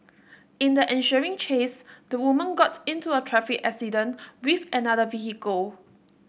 in the ensuing chase the woman got into a traffic accident with another vehicle